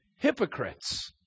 hypocrites